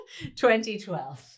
2012